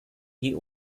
die